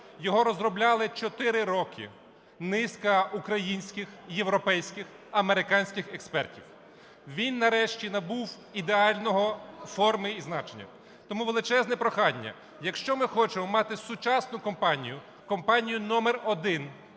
його розробляли чотири роки низка українських, європейських, американських експертів. Він нарешті набув ідеальних форми і значення. Тому величезне прохання: якщо ми хочемо мати сучасну компанію, компанію номер один